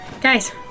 guys